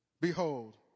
Behold